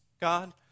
God